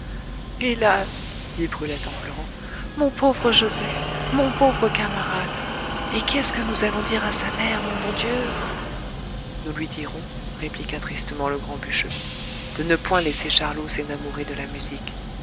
hélas dit brulette en pleurant mon pauvre joset mon pauvre camarade et qu'est-ce que nous allons dire à sa mère mon bon dieu nous lui dirons répliqua tristement le grand bûcheux de ne point laisser charlot s'énamourer de la musique